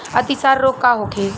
अतिसार रोग का होखे?